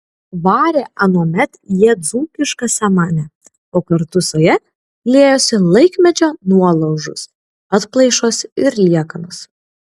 varė anuomet jie dzūkišką samanę o kartu su ja liejosi laikmečio nuolaužos atplaišos ir liekanos